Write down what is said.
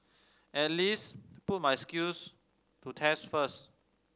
at least put my skills to test first